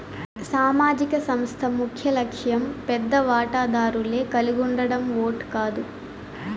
సామాజిక సంస్థ ముఖ్యలక్ష్యం పెద్ద వాటాదారులే కలిగుండడం ఓట్ కాదు